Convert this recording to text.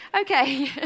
Okay